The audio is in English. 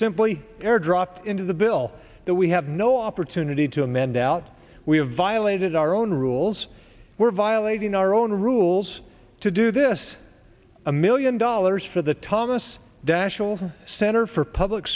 simply airdropped into the bill that we have no opportunity to amend out we have violated our own rules were violating our own rules to do this a million dollars for the thomas daschle center for public